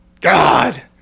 god